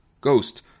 Ghost